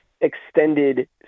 extended